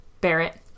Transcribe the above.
Barrett